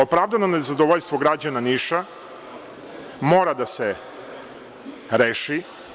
Opravdano nezadovoljstvo građana Niša mora da se reši.